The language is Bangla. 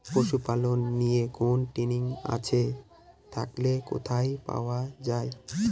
পশুপালন নিয়ে কোন ট্রেনিং আছে থাকলে কোথায় পাওয়া য়ায়?